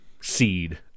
seed